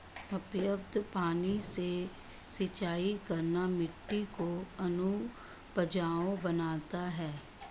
अपर्याप्त पानी से सिंचाई करना मिट्टी को अनउपजाऊ बनाता है